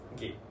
Okay